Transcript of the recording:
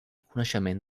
coneixement